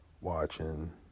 watching